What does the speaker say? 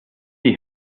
see